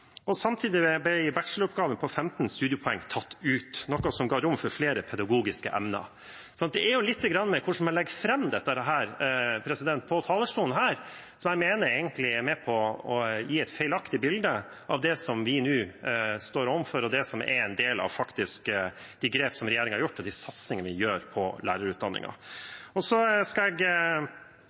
og samtidig ble bacheloroppgaven på 15 studiepoeng tatt ut, noe som ga rom for flere pedagogiske emner. Så det handler lite grann om måten man legger dette fram på fra talerstolen her, som jeg mener egentlig er med på å gi et feilaktig bilde av det som vi nå står overfor, og det som er en del av de grep som regjeringen har tatt, og de satsingene vi har på lærerutdanningen. Så skal jeg